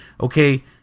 okay